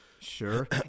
Sure